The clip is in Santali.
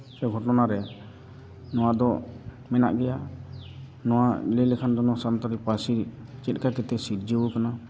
ᱜᱷᱚᱴᱱᱟ ᱨᱮ ᱱᱚᱣᱟ ᱫᱚ ᱢᱮᱱᱟᱜ ᱜᱮᱭᱟ ᱱᱚᱣᱟ ᱞᱟᱹᱭ ᱞᱮᱠᱷᱟᱱ ᱫᱚ ᱥᱟᱱᱛᱟᱞᱤ ᱯᱟᱹᱨᱥᱤ ᱪᱮᱫ ᱞᱮᱠᱟ ᱠᱟᱛᱮᱫ ᱥᱤᱨᱡᱟᱹᱣ ᱠᱟᱱᱟ